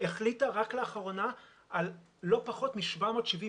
שהחליטה רק לאחרונה על לא פחות מ-770